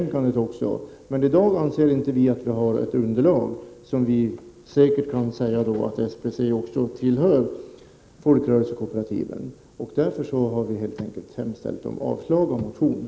Men utskottsmajoriteten anser i dag inte att man har ett underlag, som innebär att man säkert kan säga att SBC tillhör folkrörelsekooperativen. Därför har utskottsmajoriteten yrkat avslag på motionen.